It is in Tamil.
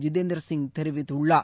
ஜிதேந்திரசிங் தெரிவித்துள்ளார்